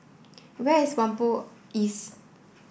where is Whampoa East